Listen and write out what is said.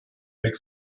weg